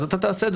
אז אתה תעשה,